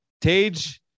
tage